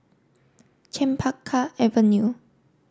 Chempaka Avenue